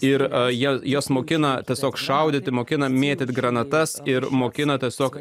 ir jei jos mokina tiesiog šaudyti mokina mėtyti granatas ir mokina tiesiog